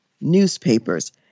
newspapers